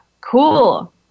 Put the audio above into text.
cool